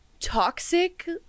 toxic